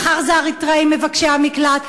מחר זה האריתריאים מבקשי המקלט,